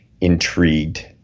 intrigued